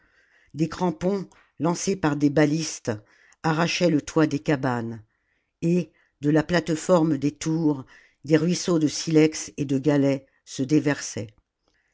des crampons lancés par des balistes arrachaient le toit des cabanes et de la plateforme des tours des ruisseaux de silex et de galets se déversaient